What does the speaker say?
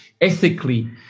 ethically